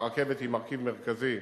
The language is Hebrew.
והרכבת היא מרכיב מרכזי